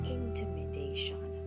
intimidation